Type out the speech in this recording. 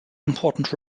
important